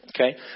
Okay